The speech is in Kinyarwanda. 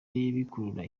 bikurura